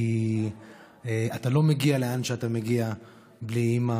כי אתה לא מגיע לאן שאתה מגיע בלי אימא